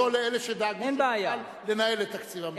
דעתו לאלה שדאגו שנוכל לנהל את תקציב המדינה.